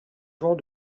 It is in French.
vent